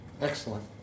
Excellent